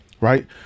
right